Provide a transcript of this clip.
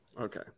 Okay